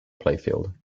playfield